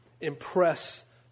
impress